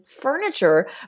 furniture